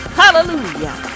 hallelujah